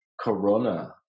corona